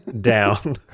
down